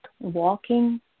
walking